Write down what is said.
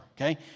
okay